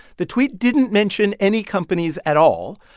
the tweet didn't mention any companies at all,